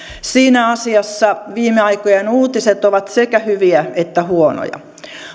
siinä asiassa viime aikojen uutiset ovat sekä hyviä että huonoja